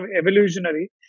evolutionary